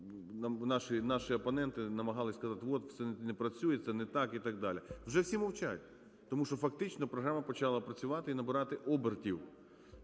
наші опоненти намагались сказати: "Ось все не працює, це не так" і так далі. Вже всі мовчать, тому що фактично програма почала працювати і набирати обертів.